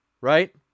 Right